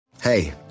Hey